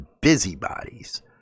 busybodies